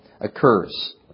occurs